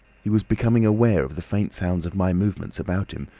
he was becoming aware of the faint sounds of my movements about him.